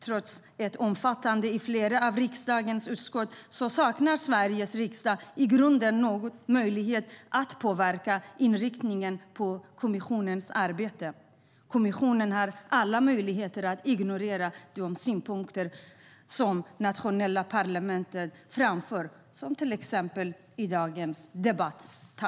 Trots ett omfattande arbete i flera av riksdagens utskott saknar Sveriges riksdag i grunden någon möjlighet att påverka inriktningen på kommissionens arbete. Kommissionen har alla möjligheter att ignorera de synpunkter som nationella parlament framför, som till exempel i dagens debatt.